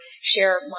share